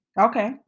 Okay